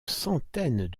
centaines